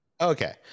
okay